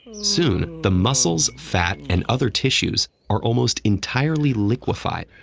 soon, the muscles, fat, and other tissues are almost entirely liquefied,